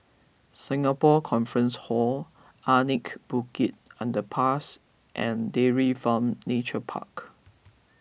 Singapore Conference Hall Anak Bukit Underpass and Dairy Farm Nature Park